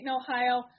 Ohio